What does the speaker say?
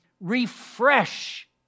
Refresh